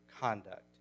conduct